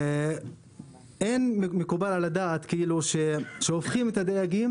לא מתקבל על הדעת שהופכים את הדייגים